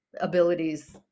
abilities